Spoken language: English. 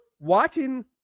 watching